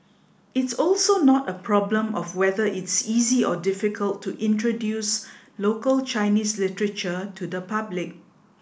it's also not a problem of whether it's easy or difficult to introduce local Chinese literature to the public